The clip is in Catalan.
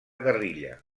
guerrilla